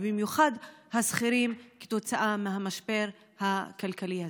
כתוצאה מהמשבר הכלכלי הזה,